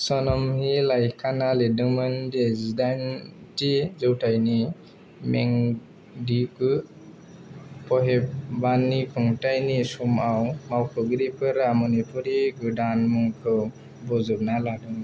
सनमही लाइकानआ लिरदोंमोन दि जिदाइनथि जौथायाव मेंदिगु पहेबानि खुंथायनि समाव मावख'गिरिफोरा मणिपुरि गोदान मुंखौ बोजबना लादोंमोन